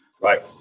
Right